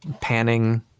panning